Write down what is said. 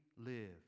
live